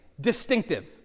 distinctive